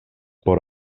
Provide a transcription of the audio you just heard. por